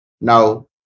Now